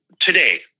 today